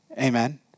Amen